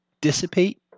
dissipate